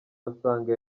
basanga